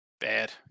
Bad